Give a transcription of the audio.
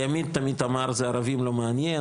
הימין תמיד אמר זה ערבים לא מעניין.